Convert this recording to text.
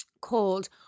called